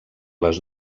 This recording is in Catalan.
les